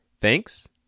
thanks